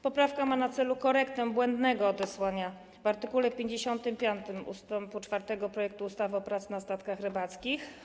Poprawka ma na celu korektę błędnego odesłania w art. 55 ust. 4 projektu ustawy o pracy na statkach rybackich.